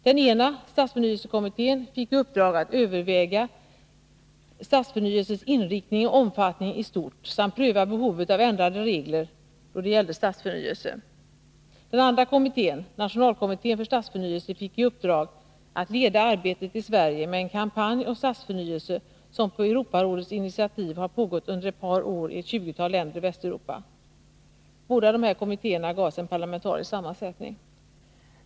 Den ena, stadsförnyelsekommittén, fick i uppdrag att överväga stadsförnyelsens inriktning och omfattning i stort samt pröva behovet av ändrade regler då det gäller stadsförnyelsen. Den andra kommittén, nationalkommittén för stadsförnyelse, fick i uppdrag att leda arbetet i Sverige med en kampanj om stadsförnyelse, som på Europarådets initiativ har pågått under ett par år i ett tjugotal länder i Västeuropa. Båda dessa kommittéer gavs en parlamentarisk sammansättning.